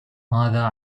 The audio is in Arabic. ماذا